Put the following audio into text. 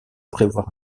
prévoir